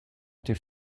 était